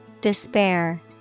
Despair